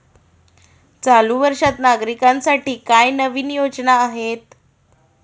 चालू वर्षात नागरिकांसाठी काय नवीन योजना आहेत?